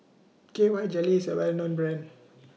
K Y Jelly IS A Well known Brand